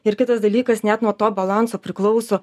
ir kitas dalykas net nuo to balanso priklauso